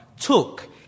took